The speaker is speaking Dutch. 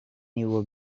nieuwe